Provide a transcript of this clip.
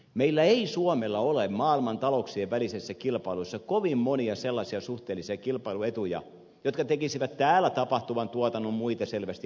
meillä suomella ei ole maailman talouksien välisessä kilpailussa kovin monia sellaisia suhteellisia kilpailuetuja jotka tekisivät täällä tapahtuvan tuotannon muita selvästi edullisemmaksi